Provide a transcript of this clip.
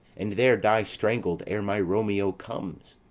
and there die strangled ere my romeo comes?